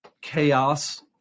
chaos